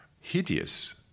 hideous